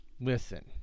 Listen